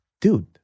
dude